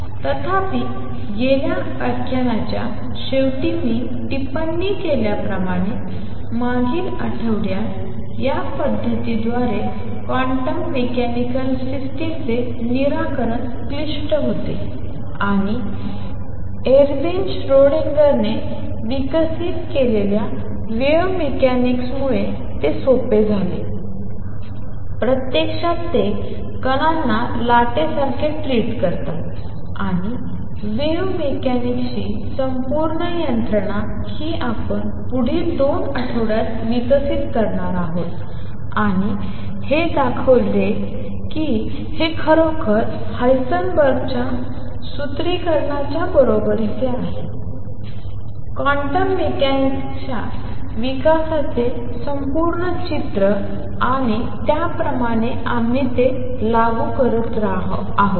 तथापि गेल्या व्याख्यानाच्या शेवटी मी टिप्पणी केल्याप्रमाणे मागील आठवड्यात या पद्धतीद्वारे क्वांटम मेकॅनिकल सिस्टीमचे निराकरण क्लिष्ट होते आणि एरविन श्रोडिंगरने विकसित केलेल्या वेव्ह मेकॅनिक्स मुळे ते सोपे झाले आणि प्रत्यक्षात ते कणांना लाटासारखे ट्रीट करतात आणि वेव्ह मेकॅनिक्सची संपूर्ण यंत्रणा ही आपण पुढील 2 आठवड्यांत विकसित करणार आहोत आणि हे दाखवते की हे खरोखर हायसेनबर्गच्या सूत्रीकरणाच्या बरोबरीचे आहे आणि क्वांटम मेकॅनिक्सच्या विकासाचे संपूर्ण चित्र आणि त्याप्रमाणे आम्ही ते लागू करत राहतो